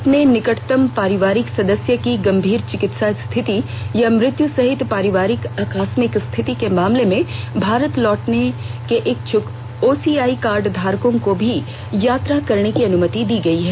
अपने ै निकटतम पारिवारिक सदस्य की गंभीर चिकित्सा स्थिति या मृत्यू सहित पारिवारिक आकस्मिक स्थिति के मामले में भारत लौटने के इच्छुक ओसीआई कार्ड धारकों को भी यात्रा करने की अनुमति दी गई है